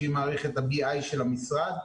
שהיא מערכת ה-BI של המשרד,